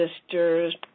sisters